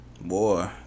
Boy